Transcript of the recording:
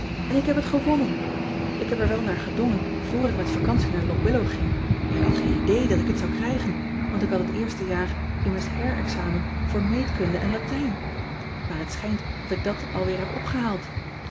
n ik heb het gewonnen k heb er wel naar gedongen vr ik met vacantie naar ock illow ging maar ik had geen idee dat ik het zou krijgen want ik had het eerste jaar immers herexamen voor eetkunde en atijn aar het schijnt dat ik dat alweer heb opgehaald